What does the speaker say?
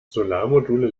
solarmodule